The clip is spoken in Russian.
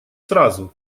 сразу